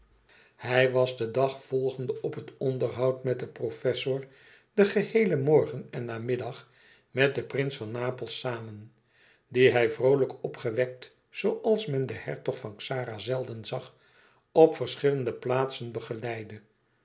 hij was den dag volgende op het onderhoud met den professor den geheelen morgen en namiddag met den prins van napels samen dien hij vroolijk opgewekt zooals men den hertog van xara zelden zag op verschillende plaatsen begeleidde